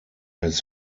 his